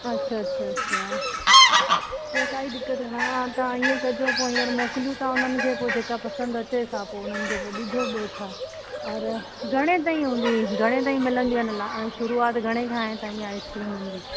अच्छा अच्छा अच्छा त काई दिक़त हा तव्हां इअं कजो पोइ हींअर मोकिलियूं था उन्हनि खे पोइ जेका पसंदि अचे सां पोइ उन्हनि खे पोइ ॾिजो ॿियो छा और घणे ताईं हूंदी घणे ताईं मिलंदियूं आहिनि अला ऐं शुरूआत घणे खां आहे ताईं आहे आइस्क्रिमुनि जी